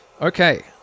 Okay